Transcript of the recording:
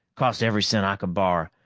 cost every cent i could borrow.